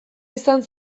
izan